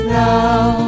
now